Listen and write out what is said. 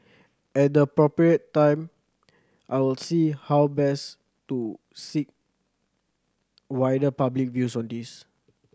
at the appropriate time I will see how best to seek wider public views on this